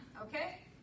okay